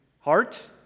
heart